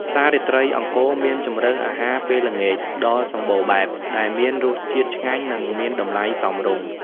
ផ្សាររាត្រីអង្គរមានជម្រើសអាហារពេលល្ងាចដ៏សម្បូរបែបដែលមានរសជាតិឆ្ងាញ់ និងមានតម្លៃសមរម្យ ។